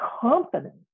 confidence